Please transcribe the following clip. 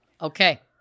okay